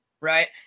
right